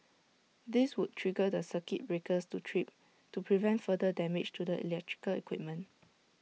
this would trigger the circuit breakers to trip to prevent further damage to the electrical equipment